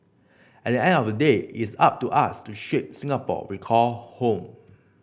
at the end of the day it's up to us to shape Singapore we call home